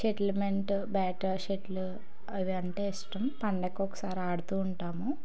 షటిల్మెంట్ bat shuttle అవి అంటే ఇష్టం పండకు ఒకసారి ఆడుతు ఉంటాము